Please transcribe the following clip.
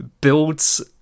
builds